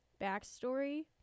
backstory